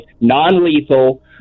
non-lethal